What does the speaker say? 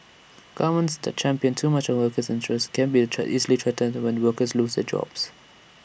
governments that champion too much of workers' interests can be A try easily threatened when workers lose their jobs